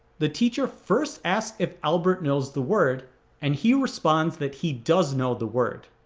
the teacher first asked if albert knows the word and he responds that he does know the word.